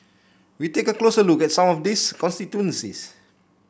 we take a closer look at some of these constituencies